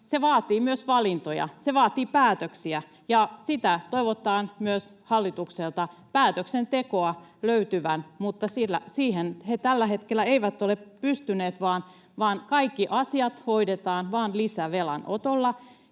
Se vaatii myös valintoja, se vaatii päätöksiä, ja sitä päätöksentekoa toivotaan myös hallitukselta löytyvän. Mutta siihen he tällä hetkellä eivät ole pystyneet, vaan kaikki asiat hoidetaan vaan lisävelanotolla,